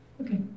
Okay